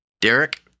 Derek